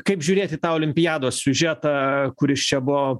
kaip žiūrėti tą olimpiados siužetą kuris čia buvo